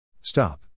Stop